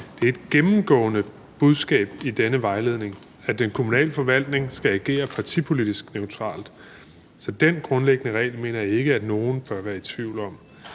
Det er et gennemgående budskab i denne vejledning, at den kommunale forvaltning skal agere partipolitisk neutralt, så den grundlæggende regel mener jeg ikke nogen bør være i tvivl om.